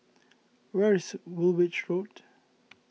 where is Woolwich Road